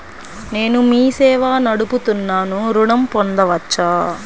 నేను మీ సేవా నడుపుతున్నాను ఋణం పొందవచ్చా?